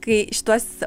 kai šituos